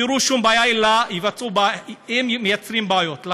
יפתרו שום בעיה, אלא מייצרים בעיות.